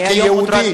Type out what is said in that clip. אני כיהודי,